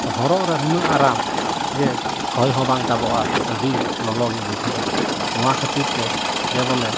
ᱛᱚ ᱦᱚᱨᱚᱜ ᱨᱮ ᱱᱩᱱᱟᱹᱜ ᱟᱨᱟᱢ ᱡᱮ ᱦᱚᱭ ᱦᱚᱸ ᱵᱟᱝ ᱛᱟᱵᱚᱜᱼᱟ ᱟᱹᱰᱤ ᱞᱚᱞᱚᱜᱮ ᱵᱩᱡᱷᱟᱹᱜᱼᱟ ᱱᱚᱣᱟ ᱠᱷᱟᱹᱛᱤᱨ ᱛᱮ ᱡᱮᱵᱚᱞᱮ